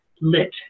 lit